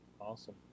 Awesome